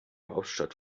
hauptstadt